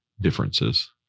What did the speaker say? Differences